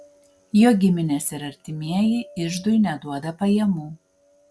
jo giminės ir artimieji iždui neduoda pajamų